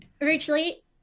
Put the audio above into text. Originally